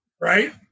right